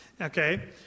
Okay